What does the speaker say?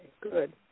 good